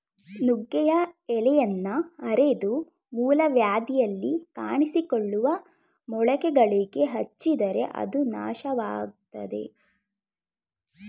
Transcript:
ನುಗ್ಗೆಯ ಎಲೆಯನ್ನ ಅರೆದು ಮೂಲವ್ಯಾಧಿಯಲ್ಲಿ ಕಾಣಿಸಿಕೊಳ್ಳುವ ಮೊಳಕೆಗಳಿಗೆ ಹಚ್ಚಿದರೆ ಅದು ನಾಶವಾಗ್ತದೆ